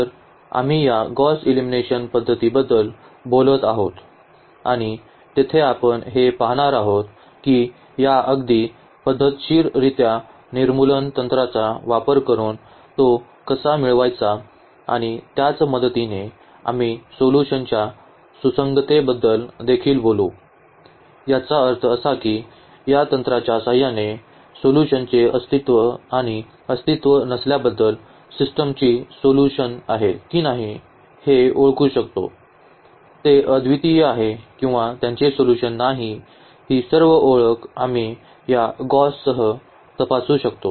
तर आम्ही या गौस एलिमिनेशन पध्दतीबद्दल बोलत आहोत आणि तेथे आपण हे पाहणार आहोत की या अगदी पद्धतशीररित्या निर्मूलन तंत्राचा वापर करुन तो कसा मिळवायचा आणि त्याच मदतीने आम्ही सोल्यूशनाच्या सुसंगततेबद्दल देखील बोलू याचा अर्थ असा की या तंत्राच्या सहाय्याने सोल्यूशनाचे अस्तित्व आणि अस्तित्त्व नसल्याबद्दल सिस्टमची सोल्युशन आहे की नाही हे ओळखू शकतो ते अद्वितीय आहे किंवा त्याचे सोल्यूशन नाही ही सर्व ओळख आम्ही या गौससह तपासू शकतो